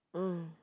oh